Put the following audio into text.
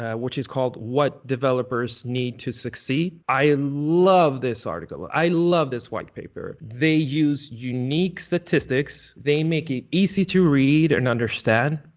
which is called what developers need to succeed. i and love this article. i love this white paper. they use unique statistics, they make it easy to read and understand,